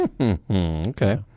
Okay